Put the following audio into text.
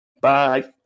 Bye